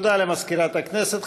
תודה למזכירת הכנסת.